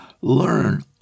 learn